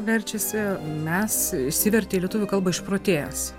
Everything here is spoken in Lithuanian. verčiasi mes išsivertė į lietuvių kalbą išprotėjęs